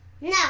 No